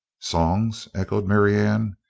songs? echoed marianne,